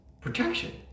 protection